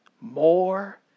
more